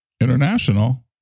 International